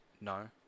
No